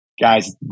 Guys